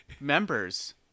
members